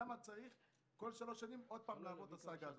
למה צריך בכל שלוש שנים עוד פעם לעבור את הסאגה הזו?